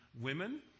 women